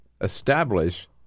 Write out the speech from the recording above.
establish